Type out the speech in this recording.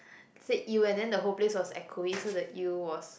said ew and then the whole place was echoey so the ew was